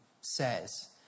says